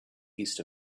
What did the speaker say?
east